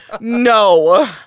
No